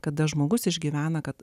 kada žmogus išgyvena kad